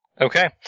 Okay